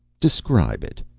describe it.